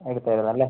എടുത്തായിരുന്നല്ലേ